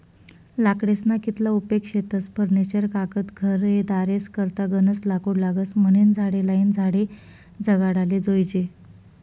लाकडेस्ना कितला उपेग शेतस फर्निचर कागद घरेदारेस करता गनज लाकूड लागस म्हनीन झाडे लायीन झाडे जगाडाले जोयजे